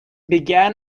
began